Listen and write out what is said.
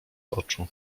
oczu